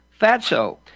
Fatso